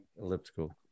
elliptical